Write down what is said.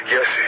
Yes